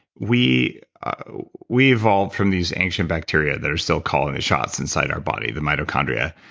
we we evolved from these ancient bacteria that are still calling the shots inside our body, the mitochondria,